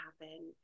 happen